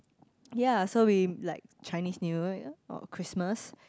ye so we like Chinese-New-Year or Christmas